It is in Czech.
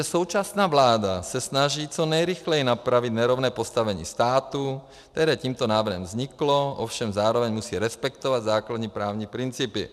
Současná vláda se snaží co nejrychleji napravit nerovné postavení státu, které tímto návrhem vzniklo, ovšem zároveň musí respektovat základní právní principy.